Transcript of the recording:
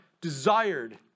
desired